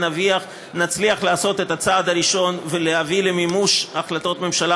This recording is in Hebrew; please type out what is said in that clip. נצליח לעשות את הצעד הראשון ולהביא למימוש החלטות ממשלה